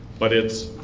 but it's